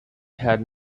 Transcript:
had